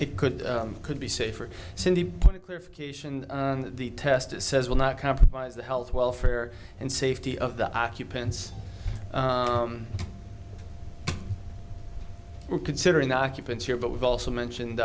it could could be safer city point of clarification the test it says will not compromise the health welfare and safety of the occupants were considering the occupants here but we've also mentioned